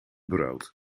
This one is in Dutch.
brood